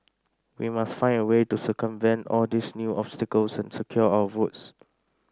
we must find a way to circumvent all these new obstacles and secure our votes